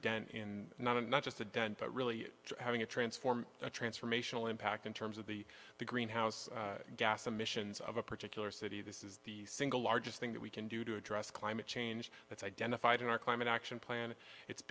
dent in not a not just a dent but really having a transform a transformational impact in terms of the the greenhouse gas emissions of a particular city this is the single largest thing that we can do to address climate change that's identified in our climate action plan it's